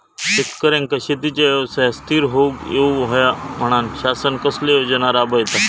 शेतकऱ्यांका शेतीच्या व्यवसायात स्थिर होवुक येऊक होया म्हणान शासन कसले योजना राबयता?